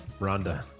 Rhonda